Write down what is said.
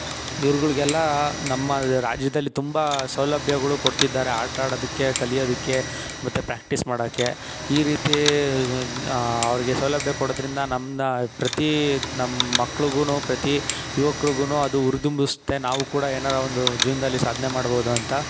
ಇವೆರುಗಳಿಗೆಲ್ಲ ನಮ್ಮ ರಾಜ್ಯದಲ್ಲಿ ತುಂಬ ಸೌಲಭ್ಯಗಳು ಕೊಡ್ತಿದ್ದಾರೆ ಆಟಾಡೋದಿಕ್ಕೆ ಕಲಿಯೋದಿಕ್ಕೆ ಮತ್ತೆ ಪ್ರಾಕ್ಟಿಸ್ ಮಾಡೋಕ್ಕೆ ಈ ರೀತಿ ಅವರಿಗೆ ಸೌಲಭ್ಯ ಕೊಡೋದ್ರಿಂದ ನಮ್ನ ಪ್ರತೀ ನಮ್ಮ ಮಕ್ಳಿಗುನೂ ಪ್ರತಿ ಯುವಕರಿಗುನೂ ಅದು ಹುರಿದುಂಬಿಸುತ್ತೆ ನಾವು ಕೂಡ ಏನಾರ ಒಂದು ಜೀವನದಲ್ಲಿ ಸಾಧನೆ ಮಾಡ್ಬೋದು ಅಂತ